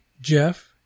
Jeff